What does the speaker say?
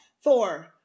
Four